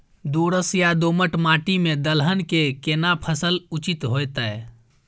दोरस या दोमट माटी में दलहन के केना फसल उचित होतै?